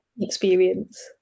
experience